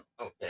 okay